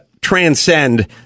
Transcend